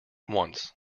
once